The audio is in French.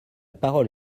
parole